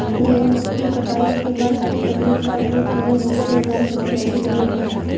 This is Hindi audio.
गेहूँ की कटाई के बाद किस तकनीक का उपयोग करें जिससे हमारी फसल अच्छी बनी रहे?